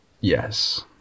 Yes